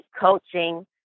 coaching